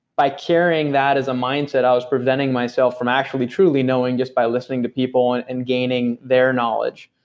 by carrying that as a mindset, i was preventing myself from actually truly knowing just by listening to people, and and gaining their knowledge.